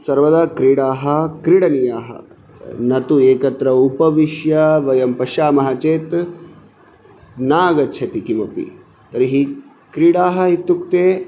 सर्वदा क्रीडाः क्रीडनीयाः न तु एकत्र उपविश्य वयं पश्यामः चेत् नागच्छति किमपि तर्हि क्रीडाः इत्युक्ते